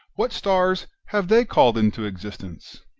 what stars have they called into existence?